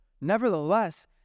Nevertheless